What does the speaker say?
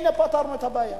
הנה, פתרנו את הבעיה.